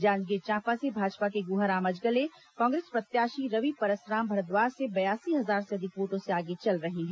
जांजगीर चांपा से भाजपा के गुहाराम अजगले कांग्रेस प्रत्याशी रवि परसराम भारद्वाज से बयासी हजार से अधिक वोटों से आगे चल रहे हैं